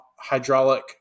hydraulic